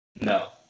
No